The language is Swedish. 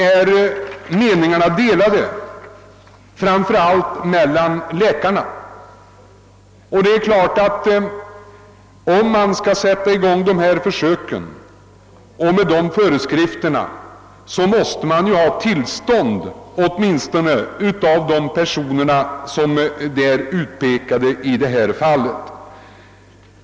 Därom är meningarna delade framför allt hos läkarna själva. Om man enligt föreliggande föreskrifter skall sätta i gång dessa försök, är det klart att man åtminstone måste ha tillstånd av de personer det här gäller.